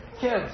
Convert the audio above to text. Kids